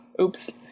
Oops